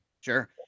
Sure